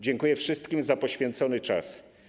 Dziękuję wszystkim za poświęcony czas.